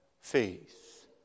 Faith